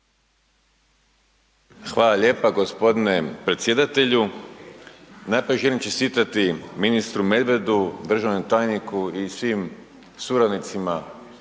Hvala lijepa g. predsjedatelju. Najprije želim čestitati ministru Medvedu, državnom tajniku i svim suradnicima